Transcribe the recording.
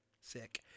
Sick